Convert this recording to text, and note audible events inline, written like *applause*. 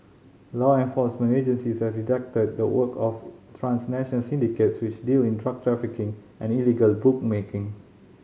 law enforcement agencies have detected the work of *unintelligible* syndicates which deal in drug trafficking and illegal bookmaking